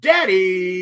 Daddy